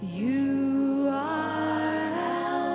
you know